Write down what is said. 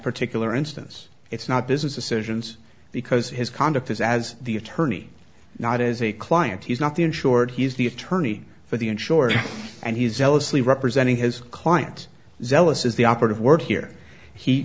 particular instance it's not business decisions because his conduct is as the attorney not as a client he's not the insured he's the attorney for the insurer and he zealously representing his client zealous is the operative word here he